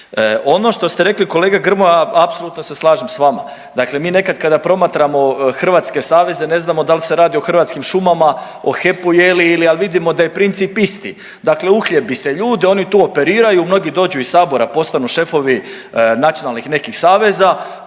Ono što ste rekli kolega Grmoja apsolutno se slažem s vama. Dakle, mi nekada kada promatramo hrvatske saveze ne znam dal' se radi o Hrvatskim šumama, o HEP-u je li, ali vidimo da je princip isti. Dakle, uhljebi se ljude, oni tu operiraju, mnogi dođu iz Sabora, postanu šefovi nacionalnih nekih saveza.